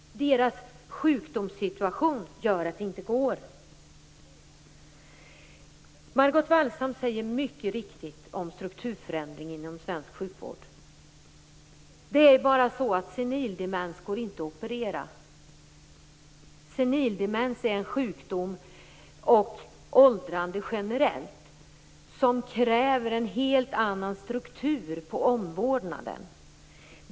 Deras sjukdomssituation gör att det inte är möjligt. Margot Wallström sade mycket riktigt om strukturförändringarna inom svensk sjukvård. Det är bara så att senildemens inte går att operera. Senildemens är en sjukdom och åldrande generellt som kräver en helt annan struktur på omvårdnaden.